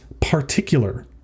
Particular